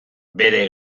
bere